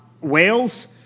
Wales